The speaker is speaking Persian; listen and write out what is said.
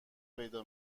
پیدا